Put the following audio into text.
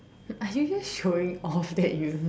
are you just showing off that you know